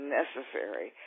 necessary